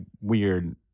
weird